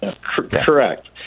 Correct